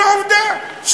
זה עובדה,